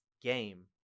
game